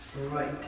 Right